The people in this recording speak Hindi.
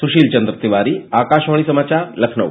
सुशील चन्द्र तिवारी आकाशवाणी समाचार लखनऊ